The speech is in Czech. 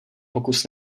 pokus